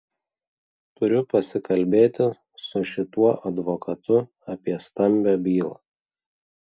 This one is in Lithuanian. turiu pasikalbėti su šituo advokatu apie stambią bylą